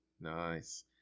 Nice